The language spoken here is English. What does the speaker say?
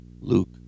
Luke